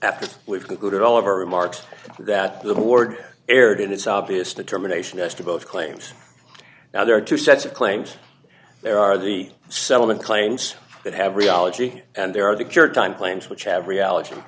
after we've concluded all of our remarks that the board erred in its obvious determination as to both claims now there are two sets of claims there are the settlement claims that have reality and there are the cure time claims which have reality